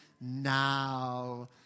Now